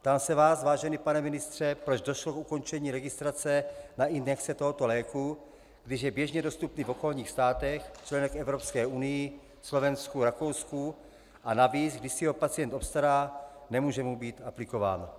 Ptám se vás, vážený pane ministře, proč došlo k ukončení registrace na injekce tohoto léku, když je běžně dostupný v okolních státech, členech Evropské unie, Slovensku, Rakousku, a navíc, když si ho pacient obstará, nemůže mu být aplikován.